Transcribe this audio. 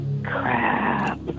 Crap